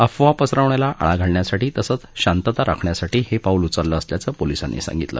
अफवा पसरवण्याला आळा घालण्यासाठी तसंच शांतता राखण्यासाठी हे पाऊल उचललं असल्याचं पोलिसांनी सांगितलं